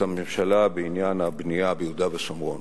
הממשלה בעניין הבנייה ביהודה ושומרון,